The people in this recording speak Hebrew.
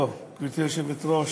גברתי היושבת-ראש,